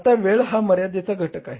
आता वेळ हा मर्यादेचा घटक आहे